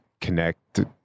connect